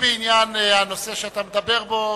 החלטתי בנושא שאתה מדבר בו,